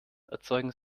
erzeugen